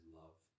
love